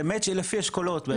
זה מצ'ינג לפי אשכולות.